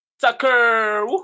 sucker